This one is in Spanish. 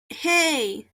hey